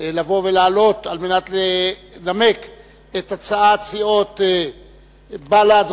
לבוא ולעלות על מנת לנמק את הצעת סיעות בל"ד,